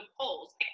polls